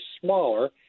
smaller